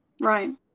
Right